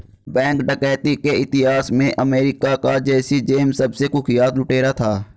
bank डकैती के इतिहास में अमेरिका का जैसी जेम्स सबसे कुख्यात लुटेरा था